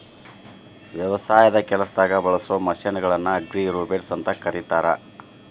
ವ್ಯವಸಾಯದ ಕೆಲಸದಾಗ ಬಳಸೋ ಮಷೇನ್ ಗಳನ್ನ ಅಗ್ರಿರೋಬೊಟ್ಸ್ ಅಂತ ಕರೇತಾರ